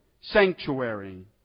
sanctuary